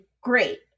great